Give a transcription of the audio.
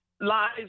lies